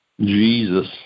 Jesus